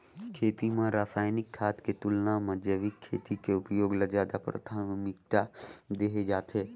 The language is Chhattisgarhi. खेती म रसायनिक खाद के तुलना म जैविक खेती के उपयोग ल ज्यादा प्राथमिकता देहे जाथे